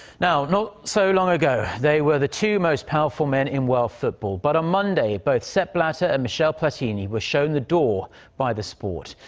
yeah you know so long ago. they were the two most powerful men in world football, but on monday both sepp blatter and michel platini were shown the door by the sport.